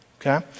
Okay